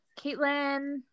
Caitlin